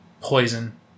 poison